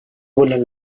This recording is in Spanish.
vuelan